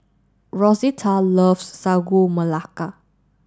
Rosita loves Sagu Melaka